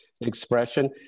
expression